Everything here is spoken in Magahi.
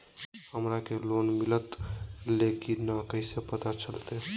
हमरा के लोन मिलता ले की न कैसे पता चलते?